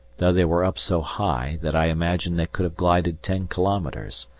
though they were up so high that i imagine they could have glided ten kilometres,